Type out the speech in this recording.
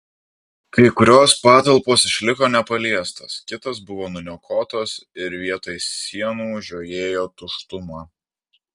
kai kurios patalpos išliko nepaliestos kitos buvo nuniokotos ir vietoj sienų žiojėjo tuštuma